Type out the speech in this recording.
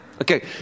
Okay